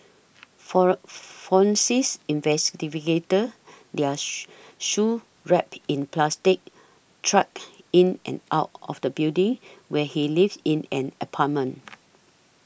for Fransics their shoes wrapped in plastic trudged in and out of the building where he lived in an apartment